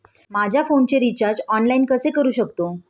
माझ्या फोनचे recharge online कसे करू शकतो?